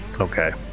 Okay